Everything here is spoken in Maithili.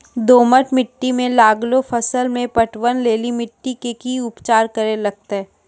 दोमट मिट्टी मे लागलो फसल मे पटवन लेली मिट्टी के की उपचार करे लगते?